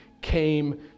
came